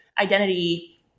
identity